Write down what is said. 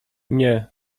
nie